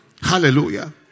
Hallelujah